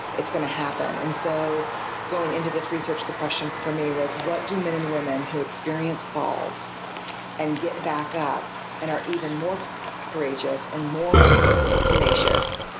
it's going to happen. and so going into this research, the question for me was, what do men and women who experience falls and get back up and are even more courageous and more tenacious,